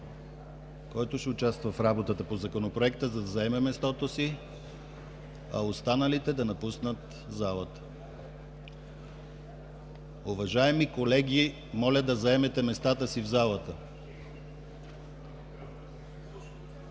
който ще участва в работата по Законопроекта, да заеме мястото си, а останалите да напуснат залата! Уважаеми колеги, моля Ви да заемете местата си в залата!